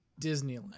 Disneyland